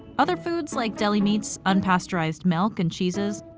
other foods like deli meats, unpasteurized milk and cheeses,